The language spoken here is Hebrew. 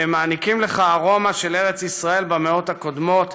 שמעניקים לך ארומה של ארץ ישראל במאות הקודמות,